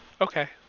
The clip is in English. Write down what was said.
Okay